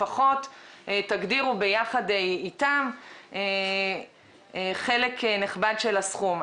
לפחות תגדירו ביחד איתם חלק נכבד של הסכום.